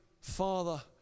Father